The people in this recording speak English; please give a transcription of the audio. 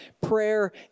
Prayer